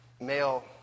male